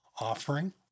Offering